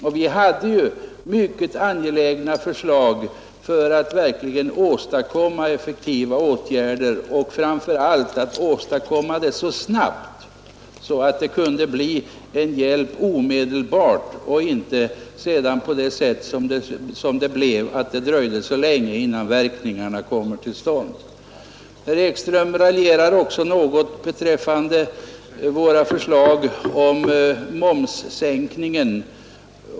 Vi framlade mycket angelägna förslag till effektiva åtgärder och framför allt till åtgärder som kunde bli till omedelbar hjälp och inte bara sådana vilkas verkningar inträdde först efter ett långt dröjsmål. Herr Ekström raljerade här med våra förslag om en momssänkning.